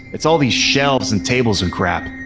it's all these shelves and tables and crap.